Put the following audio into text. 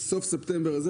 סוף ספטמבר הזה,